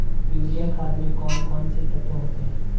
Urea खाद में कौन कौन से तत्व होते हैं?